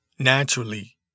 Naturally